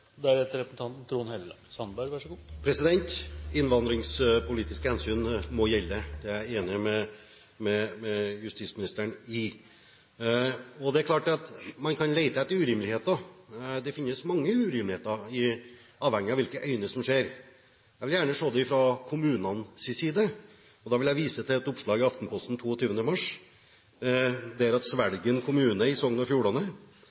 jeg enig med justisministeren i. Det er klart at man kan lete etter urimeligheter. Det finnes mange urimeligheter, avhengig av hvilke øyne som ser. Jeg vil gjerne se det fra kommunenes side. Da vil jeg vise til et oppslag i Aftenposten den 22. mars. I Svelgen kommune i Sogn og Fjordane